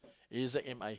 A Z M I